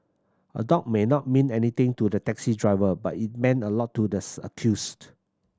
a dog may not mean anything to the taxi driver but it meant a lot to the accused